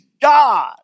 God